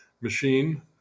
Machine